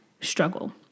struggle